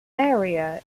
area